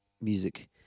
music